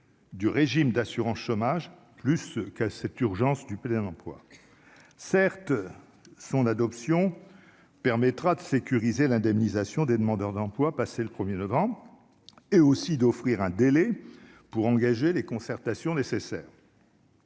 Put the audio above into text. du régime d'assurance chômage plus qu'à cette urgence du plein emploi certes son adoption permettra de sécuriser l'indemnisation des demandeurs d'emploi, passé le 1er Legrand et aussi d'offrir un délai pour engager les concertations nécessaires.